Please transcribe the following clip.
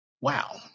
Wow